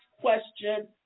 question